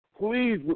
please